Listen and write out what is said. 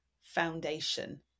foundation